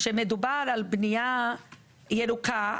כשמדובר על בנייה ירוקה,